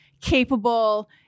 capable